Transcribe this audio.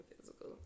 physical